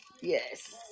Yes